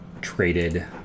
traded